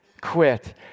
quit